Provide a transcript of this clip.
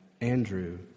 Andrew